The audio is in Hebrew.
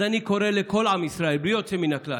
אז אני קורא לכל עם ישראל, בלי יוצא מן הכלל,